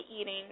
eating